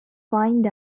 find